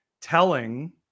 telling